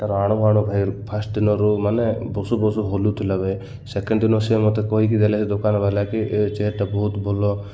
ତାର ଆଣୁ ଆଣୁ ଭାଇ ଫାଷ୍ଟ ଦିନରୁ ମାନେ ବସୁ ବସୁ ହଲୁଥିଲା ଭାଇ ସେକେଣ୍ଡ ଦିନ ସେ ମୋତେ କହିକି ଦେଲେ ସେ ଦୋକାନବାଲା କି ଏ ଚେୟରଟା ବହୁତ ଭଲ